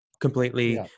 completely